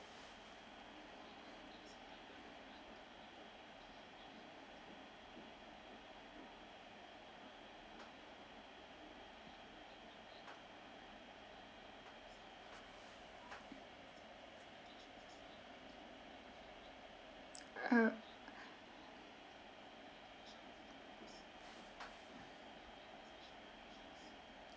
err